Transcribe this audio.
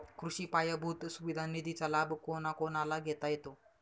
कृषी पायाभूत सुविधा निधीचा लाभ कोणाकोणाला घेता येतो?